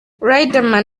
riderman